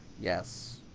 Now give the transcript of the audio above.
Yes